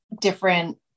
different